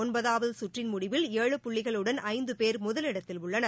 ஒன்பதாவது சுற்றின் முடிவில் ஏழு புள்ளிகளுடன் ஐந்து பேர் முதலிடத்தில் உள்ளனர்